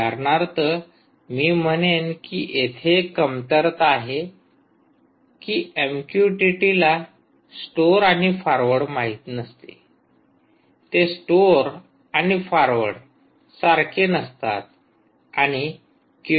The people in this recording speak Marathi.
उदाहरणार्थ मी म्हणेन की येथे एक कमतरता आहे की एमक्यूटीटीला स्टोअर आणि फारवर्ड माहित नसते ते स्टोअर आणि फारवर्ड सारखे नसतात आणि क्यूएस सारखे नसतात